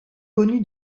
connu